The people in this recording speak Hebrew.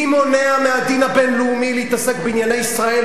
מי מונע מהדין הבין-לאומי להתעסק בענייני ישראל